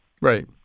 Right